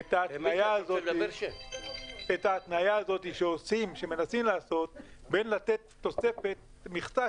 את ההתניה הזו שמנסים לעשות בין לתת תוספת מכסה,